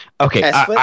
okay